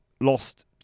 lost